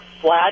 flat